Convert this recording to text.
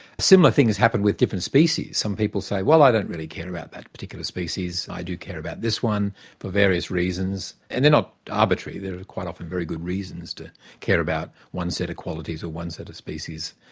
similar things happen with different species. some people say, well, i don't really care about that particular species. i do care about this one, for various reasons. and they're not arbitrary, they're quite often very good reasons to care about one set of qualities or one set of species.